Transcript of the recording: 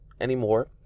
anymore